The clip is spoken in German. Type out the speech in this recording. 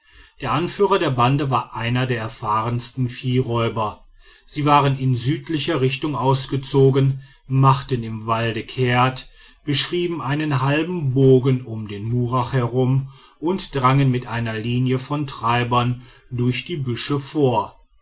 der anführer der bande war einer der erfahrensten viehräuber sie waren in südlicher richtung ausgezogen machten im walde kehrt beschrieben einen halben bogen um den murach herum und drangen mit einer linie von treibern durch die büsche vor